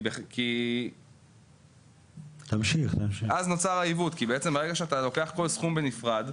כי בעצם ברגע שאתה לוקח כל סכום בנפרד,